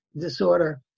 disorder